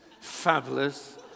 Fabulous